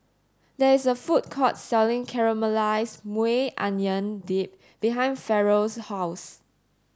there is a food court selling Caramelized Maui Onion Dip behind Ferrell's house